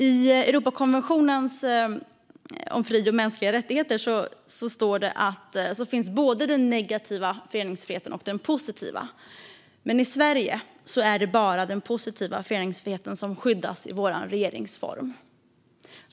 I Europarådets konvention om mänskliga fri och rättigheter finns både den negativa och den positiva föreningsfriheten med, men i Sverige är det bara den positiva föreningsfriheten som skyddas av regeringsformen.